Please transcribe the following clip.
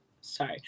Sorry